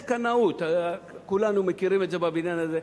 יש קנאות, כולנו מכירים את זה בבניין הזה.